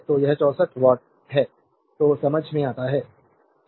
तो यह 64 वाट है तो समझ में आता है